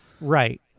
Right